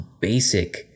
basic